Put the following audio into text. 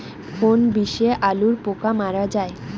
কোন বিষে আলুর পোকা মারা যায়?